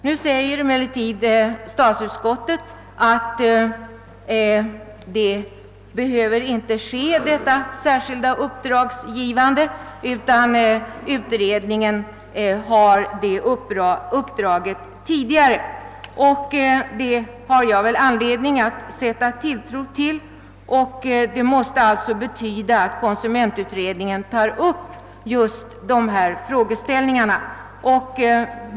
Nu framhåller emellertid statsutskottet, att man inte särskilt behöver ge utredningen detta uppdrag, eftersom utredningen redan har det uppdraget. Denna uppgift, som jag väl har anledning att sätta tilltro till, måste betyda att konsumentutredningen tar upp just dessa frågeställningar.